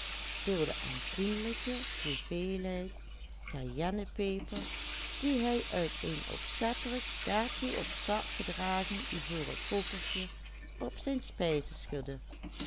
daartoe op zak gedragen ivoren kokertje op zijn